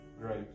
great